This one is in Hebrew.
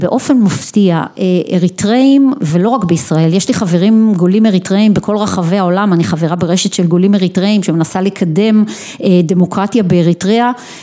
באופן מופתיע, אריתראים ולא רק בישראל, יש לי חברים גולים אריתראים בכל רחבי העולם, אני חברה ברשת של גולים אריתראים שמנסה לקדם דמוקרטיה באריתראה...